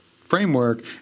framework